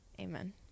Amen